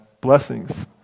blessings